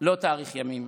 לא תאריך ימים.